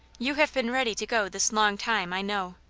you have been ready to go this long time, i know.